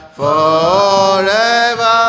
forever